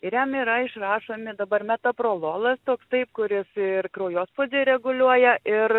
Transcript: ir jam yra išrašomi dabar metaprololas toks taip kuris ir kraujospūdį reguliuoja ir